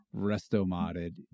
resto-modded